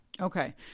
Okay